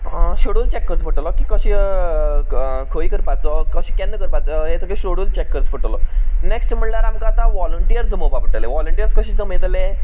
schedule check करचो पडटलो की कशें खंय करपाचो कशें केन्ना करपाचो तेचो शेड्यूल चॅक करचो पडटलो नेक्स्ट म्हणल्यार आमकां आतां व्हॉलंटियर जमोवपा पडटले व्हॉलंटियर्स कशे जमयतले